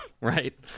right